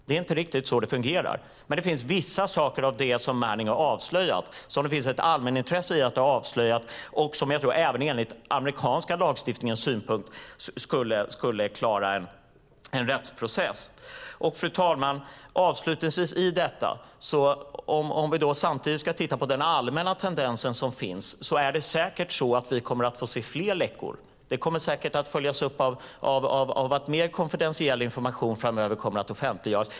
Det är inte riktigt så det fungerar. Men det finns vissa saker av det som Manning har avslöjat som det finns ett allmänintresse i att det avslöjas och som även enligt den amerikanska lagstiftningen skulle klara en rättsprocess. Fru talman! Den allmänna tendensen är att vi kommer att få se fler läckor. Det kommer säkert att följas upp av att mer konfidentiell information framöver kommer att offentliggöras.